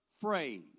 phrase